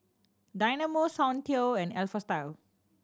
Dynamo Soundteoh and Alpha Style